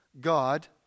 God